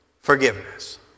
forgiveness